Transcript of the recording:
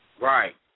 Right